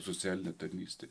socialinė tarnystė